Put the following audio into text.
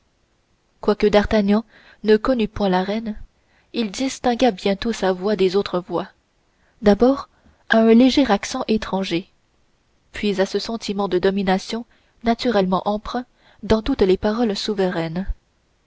quoique d'artagnan ne connût point la reine il distingua sa voix des autres voix d'abord à un léger accent étranger puis à ce sentiment de domination naturellement empreint dans toutes les paroles souveraines